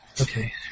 Okay